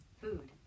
food